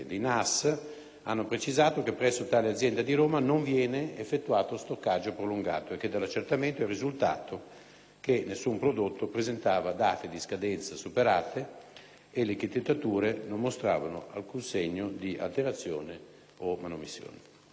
hanno precisato che presso tale azienda di Roma non viene effettuato stoccaggio prolungato, che dall'accertamento è risultato che nessun prodotto presentava date di scadenza superate e che le etichettature non mostravano alcun segno di alterazione o manomissione.